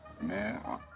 Man